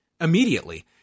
immediately